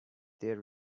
their